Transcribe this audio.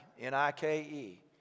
N-I-K-E